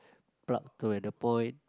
plug to where the point